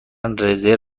رزرو